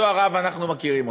אותו הרב, אנחנו מכירים אותו.